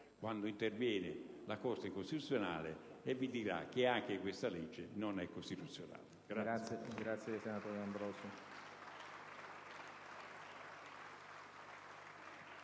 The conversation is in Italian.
quando interverrà la Corte costituzionale e vi dirà che anche questa legge non è costituzionale.